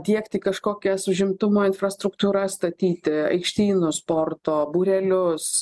diegti kažkokias užimtumo infrastruktūras statyti aikštynus sporto būrelius